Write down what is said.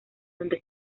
donde